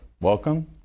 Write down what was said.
welcome